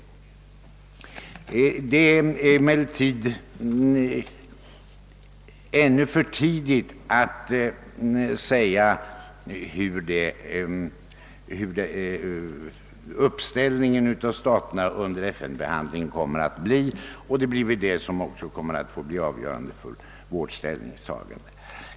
Det är emellertid ännu för tidigt att säga hur de olika medlemsstaterna kommer att ställa sig under FN-behandlingen, och det är väl detta som blir avgörande för vårt ståndpunktstagande.